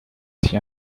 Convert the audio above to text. s’y